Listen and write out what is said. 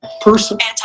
personal